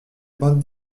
bandes